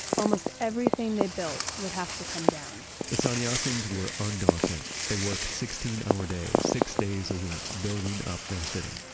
almost everything they built would have to come down the sannyasins were undaunted. they worked sixteen hour days, six days a week, building up their city.